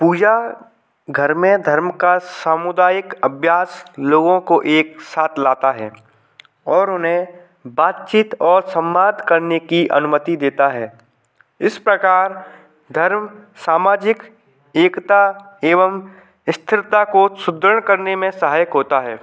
पूजा घर में धर्म का सामुदायिक अभ्यास लोगों को एक साथ लाता है और उन्हें बातचीत और संवाद करने की अनुमति देता है इस प्रकार धर्म सामाजिक एकता एवं स्थिरता को सुदृढ़ करने में सहायक होता है